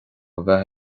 bheith